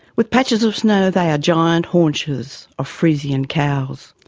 with patches of snow they are giant haunches of friesian cows.